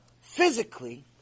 physically